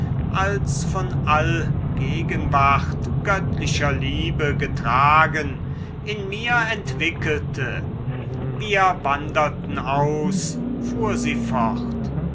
als von allgegenwart göttlicher liebe getragen in mir entwickelte wir wanderten aus fuhr sie fort